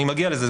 אני מגיע לזה,